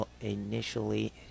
initially